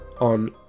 on